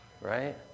Right